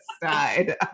died